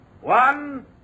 One